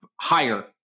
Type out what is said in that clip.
higher